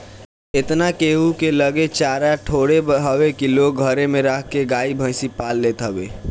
एतना केहू के लगे चारा थोड़े हवे की लोग घरे में राख के गाई भईस पाल लेत हवे